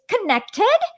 connected